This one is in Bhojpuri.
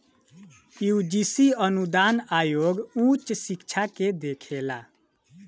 यूजीसी अनुदान आयोग उच्च शिक्षा के देखेला